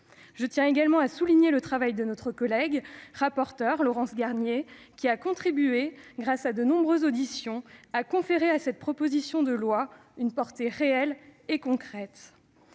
Je tiens également à souligner le travail de notre collègue rapporteur, Laurence Garnier, qui a contribué, grâce à de nombreuses auditions, à donner une portée réelle et concrète